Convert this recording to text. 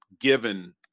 given –